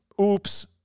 Oops